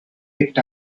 picked